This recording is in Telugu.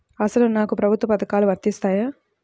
అసలు నాకు ప్రభుత్వ పథకాలు వర్తిస్తాయా?